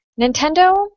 Nintendo